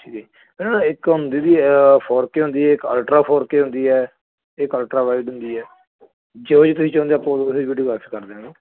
ਠੀਕ ਇਹ ਇੱਕ ਹੁੰਦੀ ਵੀ ਫੋਰ ਕੇ ਹੁੰਦੀ ਇੱਕ ਅਲਟਰਾ ਫੋਰ ਕੇ ਹੁੰਦੀ ਹੈ ਇੱਕ ਅਲਟਰਾ ਵਾਈਡ ਹੁੰਦੀ ਹੈ ਜਿਹੋ ਜੀ ਤੁਸੀਂ ਚਾਹੁੰਦੇ ਆਪਾਂ ਉਹੋ ਜਿਹੀ ਵੀਡੀਓ ਵਾਪਿਸ ਕਰ ਦਾਂਗੇ